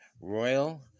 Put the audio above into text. Royal